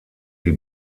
die